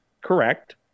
Correct